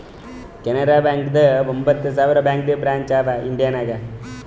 ಕೆನರಾ ಬ್ಯಾಂಕ್ದು ಒಂಬತ್ ಸಾವಿರ ಬ್ಯಾಂಕದು ಬ್ರ್ಯಾಂಚ್ ಅವಾ ಇಂಡಿಯಾ ನಾಗ್